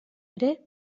ere